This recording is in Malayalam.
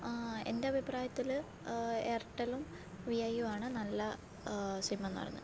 എൻ്റെ അഭിപ്രായത്തിൽ ഏർട്ടലും വിഐയുവാണ് നല്ല സിമ്മെന്ന് പറയുന്നത്